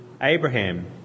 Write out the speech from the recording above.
Abraham